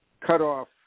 cutoff